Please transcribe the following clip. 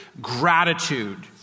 gratitude